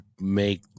make